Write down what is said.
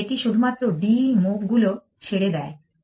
তাই এটি শুধুমাত্র D move গুলো ছেড়ে দেয়